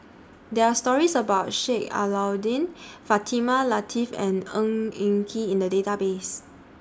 There Are stories about Sheik Alau'ddin Fatimah Lateef and Ng Eng Kee in The Database